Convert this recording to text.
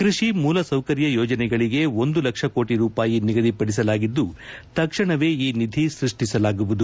ಕೃಷಿ ಮೂಲಸೌಕರ್ಯ ಯೋಜನೆಗಳಿಗೆ ಒಂದು ಲಕ್ಷ ಕೋಟಿ ರೂಪಾಯಿ ನಿಗದಿಪಡಿಸಲಾಗಿದ್ದು ತಕ್ಷಣವೇ ಈ ನಿಧಿ ಸ್ಕಷ್ಟಿಸಲಾಗುವುದು